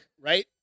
Right